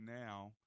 now